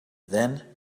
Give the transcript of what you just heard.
then